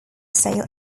sale